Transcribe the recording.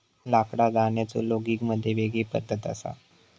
लाकडा जाळण्याचो लोगिग मध्ये वेगळी पद्धत असा